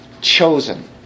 chosen